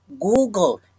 Google